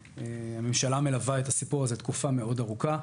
הממשלה מלווה את הסיפור הזה תקופה מאוד ארוכה,